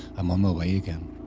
am on my way again.